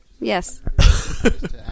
yes